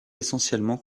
essentiellement